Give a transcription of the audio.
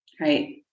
right